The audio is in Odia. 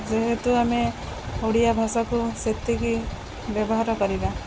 ଯେହେତୁ ଆମେ ଓଡ଼ିଆ ଭାଷାକୁ ସେତିକି ବ୍ୟବହାର କରିବା